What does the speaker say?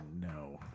No